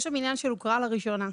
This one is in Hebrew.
יש עניין של הוכרה לראשונה.